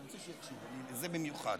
זה במיוחד.